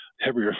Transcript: Heavier